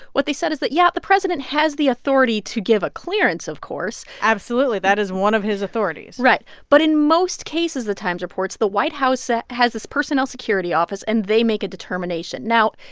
what they said is that, yeah, the president has the authority to give a clearance, of course absolutely. that is one of his authorities right. but in most cases, the times reports, the white house ah has this personnel security office, and they make a determination. now,